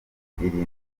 irindwi